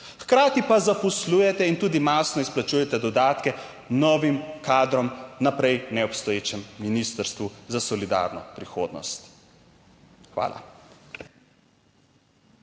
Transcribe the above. Hkrati pa zaposlujete in tudi masno izplačujete dodatke novim kadrom na prej neobstoječem Ministrstvu za solidarno prihodnost. Hvala.